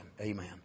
Amen